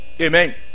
Amen